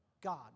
God